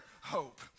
hope